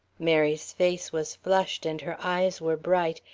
mary's face was flushed and her eyes were bright,